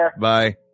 Bye